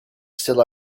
still